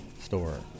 store